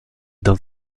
dans